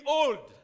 old